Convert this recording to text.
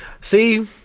See